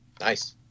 Nice